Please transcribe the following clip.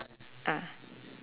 ah